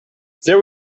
there